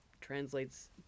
translates